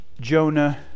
Jonah